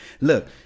look